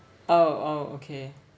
oh oh okay